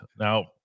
Now